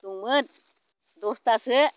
दंमोन दसथासो